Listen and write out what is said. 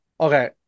okay